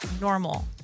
normal